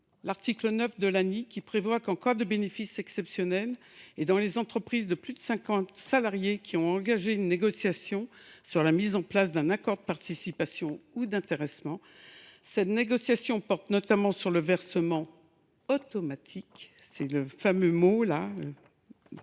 l’article 9 de l’ANI, qui prévoit que, en cas de bénéfices exceptionnels et dans les entreprises de plus de 50 salariés qui ont engagé une négociation sur la mise en place d’un accord de participation ou d’intéressement, cette négociation porte notamment sur le versement « automatique »– c’est le petit mot